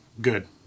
Good